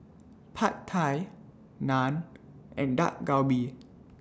Pad Thai Naan and Dak Galbi